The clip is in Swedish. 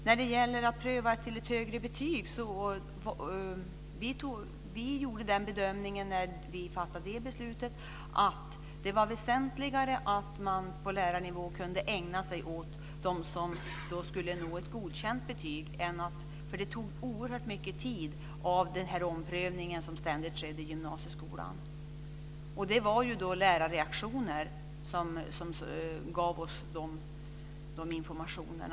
När vi fattade beslutet om att ta bort möjligheten att tentera till ett högre betyg gjorde vi bedömningen att det var väsentligare att man på lärarnivå kunde ägna sig åt de elever som skulle nå ett godkänt betyg. Den omprövning som ständigt skedde i gymnasieskolan tog oerhört mycket tid. Det var lärarreaktioner som gav oss den informationen.